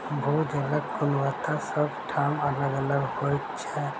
भू जलक गुणवत्ता सभ ठाम अलग अलग होइत छै